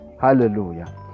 Hallelujah